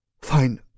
Fine